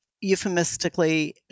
euphemistically